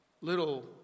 little